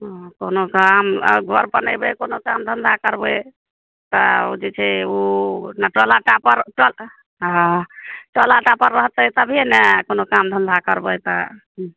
हँ कोनो काम घर बनेबै कोनो काम धंधा करबै तऽ ई जे छै ओ हँ टोला टापर रहतै तभिए ने कोनो काम धंधा करबै तऽ